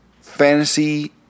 fantasy